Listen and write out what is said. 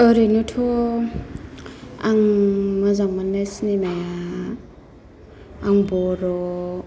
ओरैनोथ' आं मोजां मोननाय सिनिमाया आं बर'